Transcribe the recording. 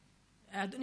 אדוני,